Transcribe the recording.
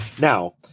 Now